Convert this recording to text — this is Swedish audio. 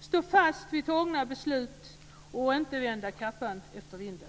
står fast vid fattade beslut och inte vänder kappan efter vinden.